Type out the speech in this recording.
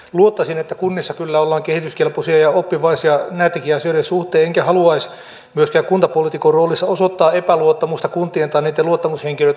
luottaisin että kunnissa kyllä ollaan kehityskelpoisia ja oppivaisia näittenkin asioiden suhteen enkä haluaisi myöskään kuntapoliitikon roolissa osoittaa epäluottamusta kuntien tai niitten luottamushenkilöitten suuntaan